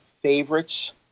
favorites—